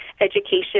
education